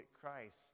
Christ